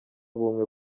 ubumwe